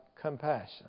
compassion